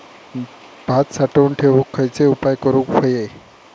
भात साठवून ठेवूक खयचे उपाय करूक व्हये?